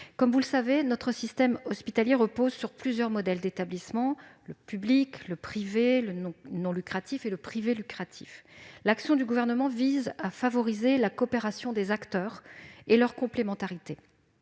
Comme vous le savez, notre système hospitalier repose sur plusieurs modèles d'établissement : le public, le privé, le non lucratif et le privé lucratif. L'action du Gouvernement vise à favoriser la coopération et la complémentarité